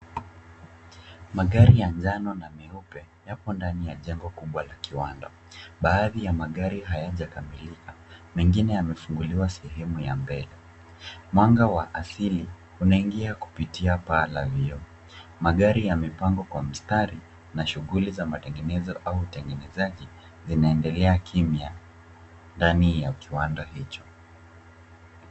Magari ya njano na meupe yapo ndani ya jengo kubwa la kiwanda. Baadhi ya magari hayajakamilika. Mengine yamefunguliwa sehemu ya mbele. Mwanga wa asili unaingia kupitia paa la vioo. Magari yamepangwa kwa mstari na shughuli za matengenezo au utengenezaji zinaendelea kimya ndani ya kiwanda hicho.